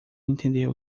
entender